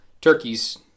turkeys